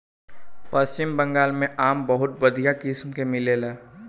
पश्चिम बंगाल में आम बहुते बढ़िया किसिम के मिलेला